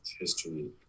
history